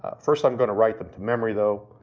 first i'm going to write them to memory though.